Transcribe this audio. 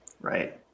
right